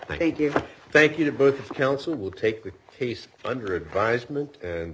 thank you thank you to both the counsel will take the case under advisement and